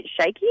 shaky